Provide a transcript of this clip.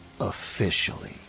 officially